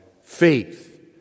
faith